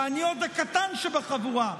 ואני עוד הקטן שבחבורה,